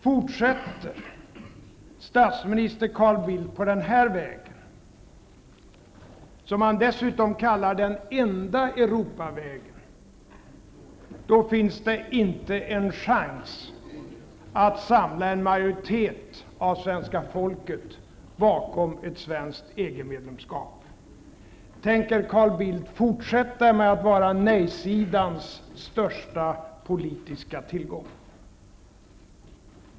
Fortsätter statsminister Carl Bildt på den här vägen -- som han dessutom kallar den enda Europavägen -- finns det inte en chans att samla en majoritet av svenska folket bakom ett svenskt EG-medlemskap. Tänker Carl Bildt fortsätta att vara nej-sidans största politiska tillgång?